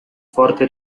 forte